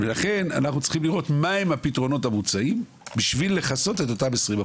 ולכן אנחנו צריכים לראות מהם הפתרונות המוצעים בכדי לכסות את אותם 20%,